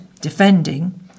defending